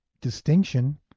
distinction